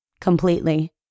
Completely